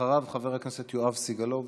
אחריו, חבר הכנסת יואב סגלוביץ'